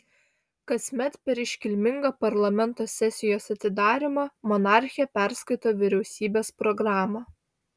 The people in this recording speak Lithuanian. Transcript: kasmet per iškilmingą parlamento sesijos atidarymą monarchė perskaito vyriausybės programą